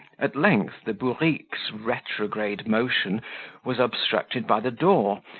at length the bourrique's retrograde motion was obstructed by the door,